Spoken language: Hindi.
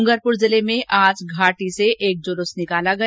डूंगरपुर जिले में आज घाटी से एक जुलुस निकाला गया